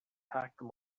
packed